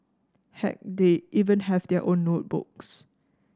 heck they even have their own notebooks